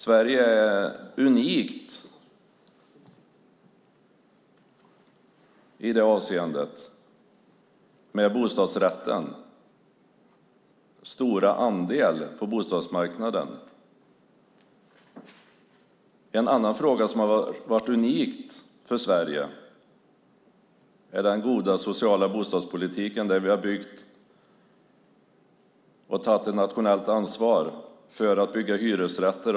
Sverige är unikt i det avseendet genom bostadsrättens stora andel av bostadsmarknaden. En annan fråga där Sverige har varit unikt är den goda sociala bostadspolitiken. Vi har byggt och tagit ett nationellt ansvar för att bygga hyresrätter.